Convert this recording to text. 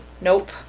Nope